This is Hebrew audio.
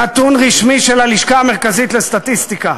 נתון רשמי של הלשכה המרכזית לסטטיסטיקה.